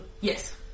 Yes